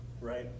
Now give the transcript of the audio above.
right